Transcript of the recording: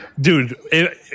Dude